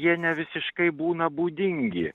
jie ne visiškai būna būdingi